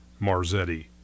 Marzetti